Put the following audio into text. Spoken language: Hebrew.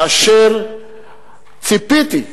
ציפיתי,